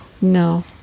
No